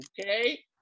Okay